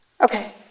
Okay